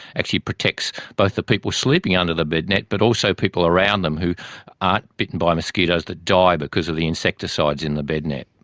actually protects both the people sleeping under the bed net but also people around them who aren't bitten by mosquitoes that die because of the insecticides in the bed net.